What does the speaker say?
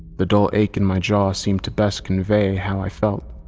the dull ache in my jaw seemed to best convey how i felt.